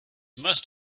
must